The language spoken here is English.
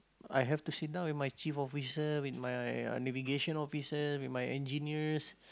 I have to sit down with my chief officer with my uh navigation officers with my engineers